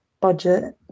budget